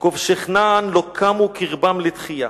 / כובשי כנען לא קמו קרבם לתחייה.